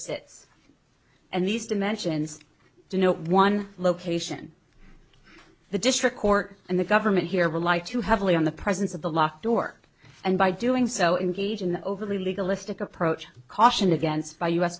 sits and these dimensions do no one location the district court and the government here rely too heavily on the presence of the locked door and by doing so in gauging the overly legal istic approach cautioned against by u